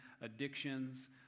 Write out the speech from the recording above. addictions